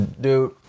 dude